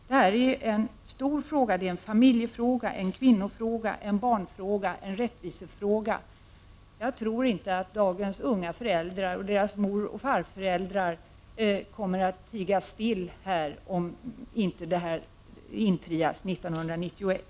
Det är en stor fråga, en familjefråga, en kvinnofråga, en barnfråga, en rättvisefråga. Jag tror inte att dagens unga föräldrar och dagens moroch farföräldrar kommer att tiga still om inte det här löftet infrias 1991.